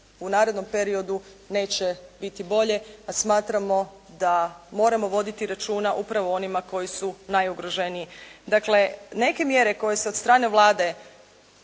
u narednom periodu neće biti bolje a smatramo da moramo voditi računa upravo o onima koji su najugroženiji. Dakle, neke mjere koje se od strane Vlade